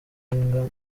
imbwa